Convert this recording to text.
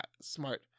smart